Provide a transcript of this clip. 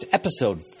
episode